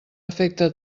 efecte